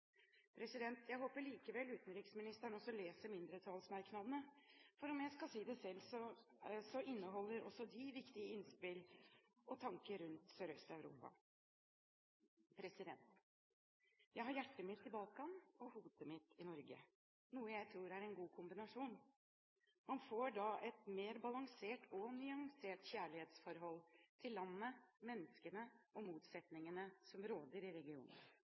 Jeg håper likevel utenriksministeren også leser mindretallsmerknadene, for om jeg skal si det selv, inneholder også de viktige innspill og tanker rundt Sørøst-Europa. Jeg har hjertet mitt på Balkan og hodet mitt i Norge – noe jeg tror er en god kombinasjon. Man får da et mer balansert og nyansert kjærlighetsforhold til landet, menneskene og motsetningene som råder i